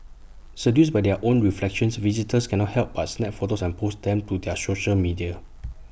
seduced by their own reflections visitors cannot help but snap photos and post them to their social media